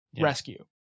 rescue